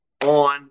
on